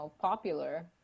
popular